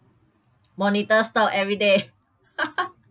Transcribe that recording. monitor stock every day